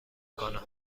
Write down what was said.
کنه